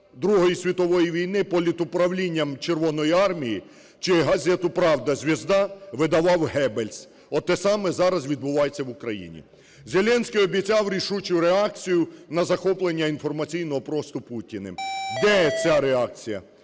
Другої світової війни політуправлінням Червоної армії чи газету "Правда", "Звезда" видавав Геббельс. От те саме зараз відбувається в Україні. Зеленський обіцяв рішучу реакцію на захоплення інформаційного простору Путіним. Де ця реакція,